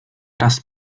raz